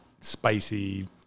spicy